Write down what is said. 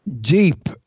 deep